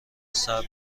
ثبت